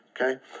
Okay